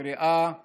בקריאה הטרומית.